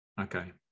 Okay